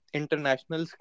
international